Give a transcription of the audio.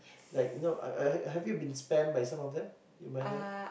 like you know uh have you have you been spammed by some of them you might have